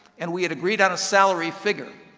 and we had agreed on a salary figure.